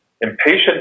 impatient